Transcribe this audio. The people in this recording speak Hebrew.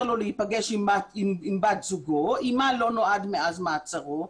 לו להיפגש עם בת זוגו עמה לא נועד מאז מעצרו,